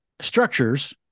structures